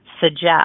suggest